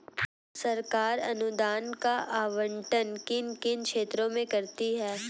सरकार अनुदान का आवंटन किन किन क्षेत्रों में करती है?